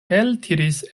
eltiris